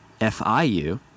FIU